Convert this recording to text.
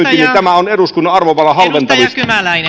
alennusmyynti on eduskunnan arvovallan halventamista